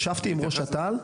ישבתי עם ראש אט"ל,